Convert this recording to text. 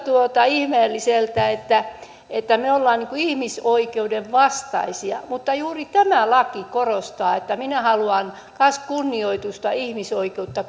ihmeelliseltä että että me olemme ihmisoikeuden vastaisia mutta juuri tämä laki korostaa että minä haluan kanssa kunnioitusta ihmisoikeutta